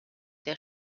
der